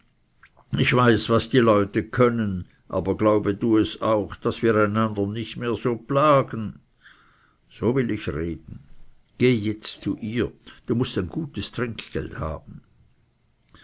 ich weiß was die leute können aber glaube du es auch und quäle mich nicht mehr so so will ich reden gehe jetzt zu ihr du mußt ein gutes trinkgeld haben